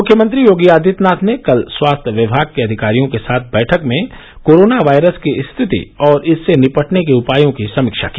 मुख्यमंत्री योगी आदित्यनाथ ने कल स्वास्थ्य विभाग के अधिकारियों के साथ बैठक में कोरोना वायरस की स्थिति और इससे निपटने के उपायों की समीक्षा की